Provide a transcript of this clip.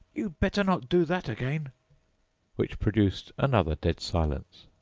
you'd better not do that again which produced another dead silence.